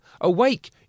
awake